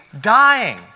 dying